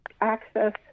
access